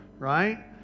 Right